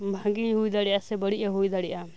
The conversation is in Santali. ᱵᱷᱟᱜᱮ ᱦᱳᱭ ᱫᱟᱲᱮᱭᱟᱜᱼᱟ ᱥᱮ ᱵᱟᱲᱤᱡ ᱮ ᱦᱳᱭ ᱫᱟᱲᱮᱭᱟᱜᱼᱟ